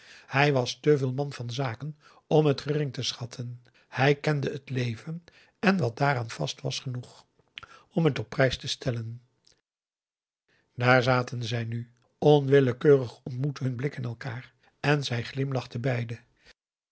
hij was te veel man van zaken om het gering te schatten hij kende het leven en wat daaraan vast was genoeg om het op prijs te stellen daar zaten zij nu onwillekeurig ontmoetten hun blikken elkaar en zij glimlachten beiden